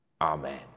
Amen